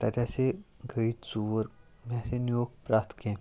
تَتہِ ہَسا گٔے ژوٗر مےٚ ہَسا نیٛووُکھ پرٛیٚتھ کیٚنٛہہ